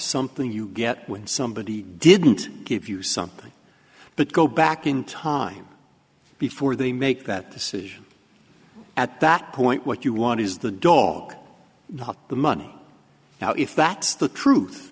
something you get when somebody didn't give you something but go back in time before they make that decision at that point what you want is the dog not the money now if that's the truth